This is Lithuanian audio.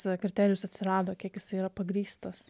tada kriterijus atsirado kiek jisai yra pagrįstas